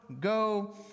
go